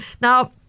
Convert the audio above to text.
Now